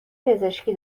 پزشکی